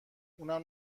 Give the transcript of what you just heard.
اونم